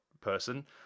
person